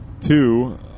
Two